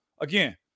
Again